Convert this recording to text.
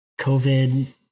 COVID